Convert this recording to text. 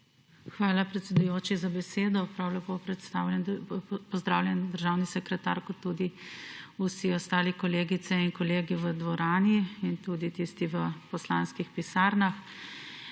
Hvala predsedujoči za besedo. Prav lepo pozdravljam državno sekretarko, tudi vsi ostali kolegice in kolegi v dvorani in tudi tisti v poslanskih pisarnah!